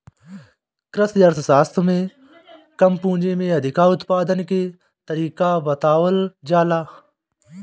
कृषि अर्थशास्त्र में कम पूंजी में अधिका उत्पादन के तरीका बतावल जाला